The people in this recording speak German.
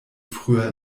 früher